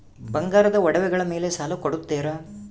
ಬಂಗಾರದ ಒಡವೆಗಳ ಮೇಲೆ ಸಾಲ ಕೊಡುತ್ತೇರಾ?